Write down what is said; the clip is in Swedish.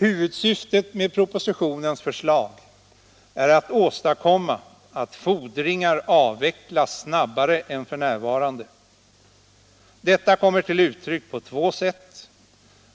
Huvudsyftet med propositionens förslag är att åstadkomma att fordringar avvecklas snabbare än f. n. Detta kommer till uttryck på två sätt: